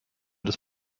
des